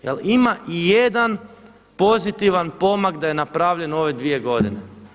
Jel' ima i jedan pozitivan pomak da je napravljen u ove dvije godine.